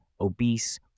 obese